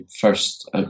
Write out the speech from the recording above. first